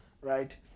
right